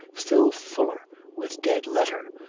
still fuller with dead letter,